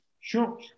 Sure